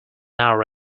hour